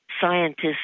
scientists